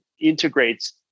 integrates